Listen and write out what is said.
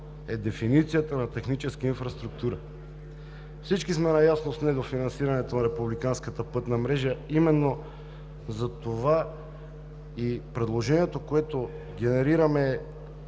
е дефиницията на техническа инфраструктура. Всички сме наясно с недофинансирането на републиканската пътна мрежа. Именно затова и предложението, което генерираме,